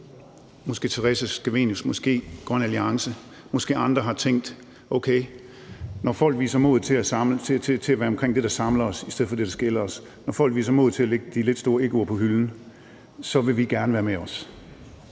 Måske har Theresa Scavenius, Grøn Alliance og andre tænkt: Okay, når folk viser mod til at være med omkring det, der samler os, i stedet for det, der skiller os; når folk viser mod til at lægge de lidt store egoer på hylden, så vil vi også gerne være med.